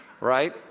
Right